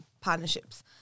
partnerships